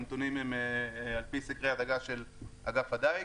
הנתונים הם על-פי סקרי הדגה של אגף הדייג